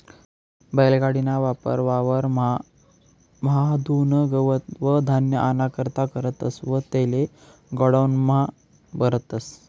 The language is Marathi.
बैल गाडी ना वापर वावर म्हादुन गवत व धान्य आना करता करतस व तेले गोडाऊन म्हा भरतस